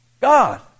God